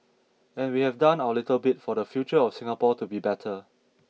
and we have done our little bit for the future of Singapore to be better